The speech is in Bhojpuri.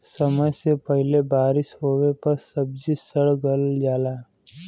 समय से पहिले बारिस होवे पर सब्जी सड़ गल जाला